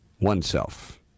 oneself